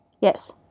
Yes